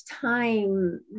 time